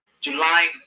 July